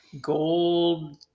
gold